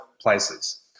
places